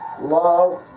love